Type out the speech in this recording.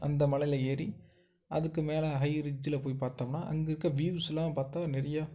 அந்த மலையில் ஏறி அதுக்கு மேலே ஹை ரிஜ்ஜில போய் பார்த்தோம்னா அங்கே இருக்க வியூஸுலாம் பார்த்தா நிறைய